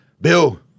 Bill